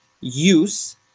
use